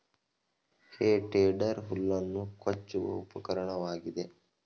ಹೇ tedder ಹುಲ್ಲನ್ನು ಕೊಚ್ಚುವ ಉಪಕರಣವಾಗಿದೆ